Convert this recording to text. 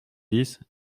dix